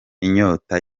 inyota